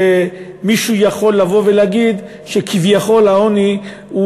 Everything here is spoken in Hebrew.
ושמישהו יכול לבוא ולהגיד שכביכול העוני הוא